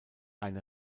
eine